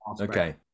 okay